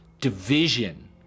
division